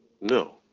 No